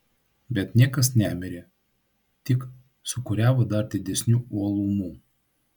bet niekas nemirė tik sūkuriavo dar didesniu uolumu